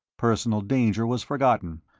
personal danger was forgotten.